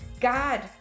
God